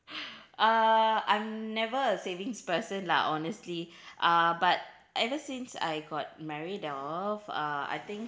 uh I'm never a savings person lah honestly uh but ever since I got married off uh I think